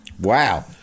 Wow